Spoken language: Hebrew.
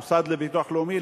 המוסד לביטוח לאומי,